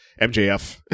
MJF